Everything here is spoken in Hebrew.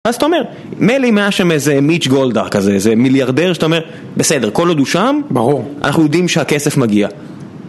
אז אתה אומר, מילא אם היה שם איזה מיץ' גולדאהר, איזה מיליארדר שאתה אומר, בסדר, כל עוד הוא שם, אנחנו יודעים שהכסף מגיע.